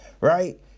right